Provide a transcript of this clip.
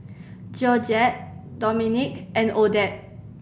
Georgette Dominque and Odette